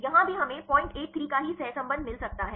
यहां भी हमें 083 का ही सहसंबंध मिल सकता है